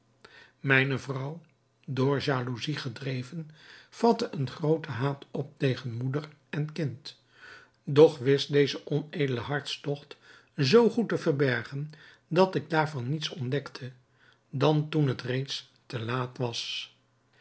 mijne vrouw door jaloezij gedreven vatte een grooten haat op tegen moeder en kind doch wist dezen onedelen hartstogt zoo goed te verbergen dat ik daarvan niets ontdekte dan toen het reeds te laat was